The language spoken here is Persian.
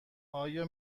آیا